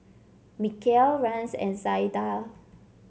Mikeal Rance and Zaida